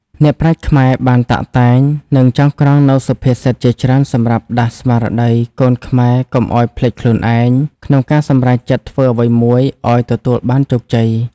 អ្នកប្រាជ្ញខ្មែរបានតាក់តែងនិងចងក្រងនូវសុភាសិតជាច្រើនសម្រាប់ដាស់ស្មារតីកូនខ្មែរកុំឲ្យភ្លេចខ្លួនឯង ក្នុងការសម្រេចចិត្តធ្វើអ្វីមួយឲ្យទទួលបានជោគជ័យ។